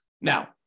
now